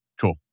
Cool